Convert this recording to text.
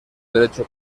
derecho